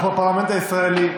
אנחנו בפרלמנט הישראלי,